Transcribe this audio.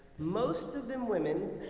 most of them women,